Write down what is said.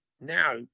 now